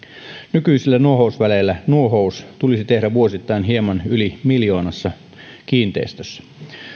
nykyisillä nuohousväleillä nuohous tulisi tehdä vuosittain hieman yli miljoonassa kiinteistössä